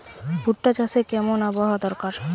ভুট্টা চাষে কেমন আবহাওয়া দরকার?